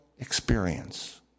experience